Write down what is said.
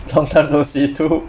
long time no see too